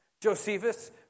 Josephus